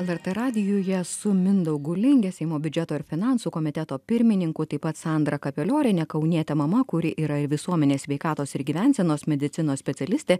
lrt radijuje su mindaugu linge seimo biudžeto ir finansų komiteto pirmininku taip pat sandra kapelioriene kauniete mama kuri yra ir visuomenės sveikatos ir gyvensenos medicinos specialistė